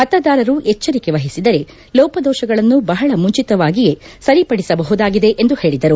ಮತದಾರರು ಎಚ್ಚರಿಕೆ ವಹಿಸಿದರೆ ಲೋಪದೋಪಗಳನ್ನು ಬಹಳ ಮುಂಚಿತವಾಗಿಯೇ ಸರಿಪಡಿಸಬಹುದಾಗಿದೆ ಎಂದು ಅವರು ಹೇಳಿದರು